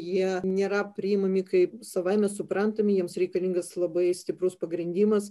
jie nėra priimami kaip savaime suprantami jiems reikalingas labai stiprus pagrindimas